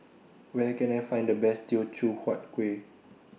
Where Can I Find The Best Teochew Huat Kuih